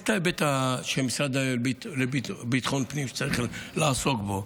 יש את ההיבט שהמשרד לביטחון הפנים צריך לעסוק בו.